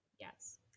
Yes